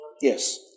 Yes